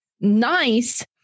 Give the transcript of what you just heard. nice